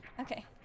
Okay